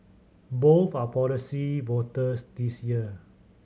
both are policy voters this year